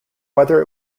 whether